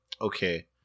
okay